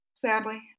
Sadly